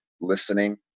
listening